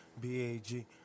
B-A-G